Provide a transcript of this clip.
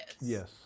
yes